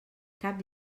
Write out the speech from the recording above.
cap